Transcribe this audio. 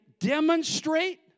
demonstrate